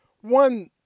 One